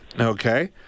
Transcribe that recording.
okay